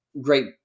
great